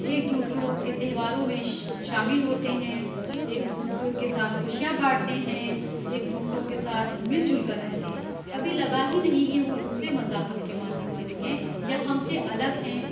ایک دوسروں کے تہواروں میں شامل ہوتے ہیں ایک دوسروں کے ساتھ خوشیاں باٹتے ہیں ایک دوسروں کے ساتھ مل جل کر رہتے ہیں کبھی لگا ہی نہیں کہ وہ دوسرے مذاہب کے ماننے والے ہیں یا ہم سے الگ ہیں